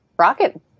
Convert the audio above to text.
rocket